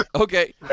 Okay